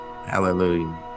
Hallelujah